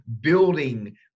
building